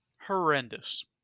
horrendous